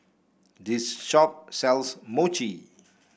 this shop sells Mochi